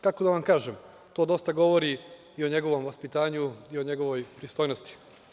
Kako da vam kažem, to dosta govori i o njegovom vaspitanju i o njegovoj pristojnosti.